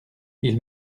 ils